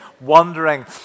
wondering